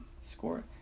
score